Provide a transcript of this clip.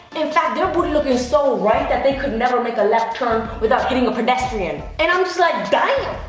in fact, their booty lookin' so right that they could never make a left turn without hitting a pedestrian. and i'm just like damn.